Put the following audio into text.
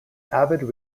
avid